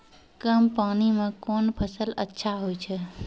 कम पानी म कोन फसल अच्छाहोय छै?